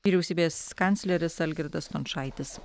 vyriausybės kancleris algirdas stončaitis